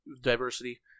diversity